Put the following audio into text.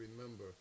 remember